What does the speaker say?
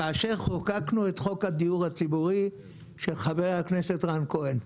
כאשר חוקקנו את חוק הדיור הציבורי של חה"כ רן כהן.